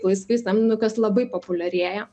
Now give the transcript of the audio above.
laisvai samdomu kas labai populiarėja